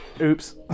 Oops